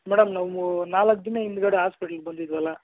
madam ನಾವು ನಾಲ್ಕು ದಿನ ಹಿಂದ್ಗಡೆ ಆಸ್ಪಿಟ್ಲಿಗೆ ಬಂದಿದ್ವಲ್ಲ